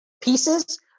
Pieces